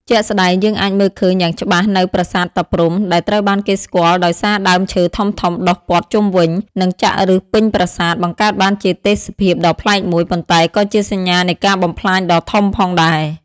ជាក់ស្ដែង យើងអាចមើលឃើញយ៉ាងច្បាស់នៅប្រាសាទតាព្រហ្ម ដែលត្រូវបានគេស្គាល់ដោយសារដើមឈើធំៗដុះព័ទ្ធជុំវិញ និងចាក់ឬសពេញប្រាសាទ បង្កើតបានជាទេសភាពដ៏ប្លែកមួយ ប៉ុន្តែក៏ជាសញ្ញានៃការបំផ្លាញដ៏ធំផងដែរ។